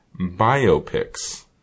biopics